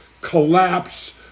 collapse